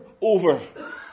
over